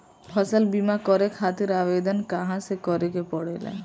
फसल बीमा करे खातिर आवेदन कहाँसे करे के पड़ेला?